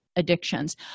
Addictions